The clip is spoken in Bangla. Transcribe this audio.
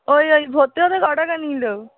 ওই ওই ভর্তি হতে ক টাকা নিল